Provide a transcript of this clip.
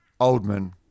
Oldman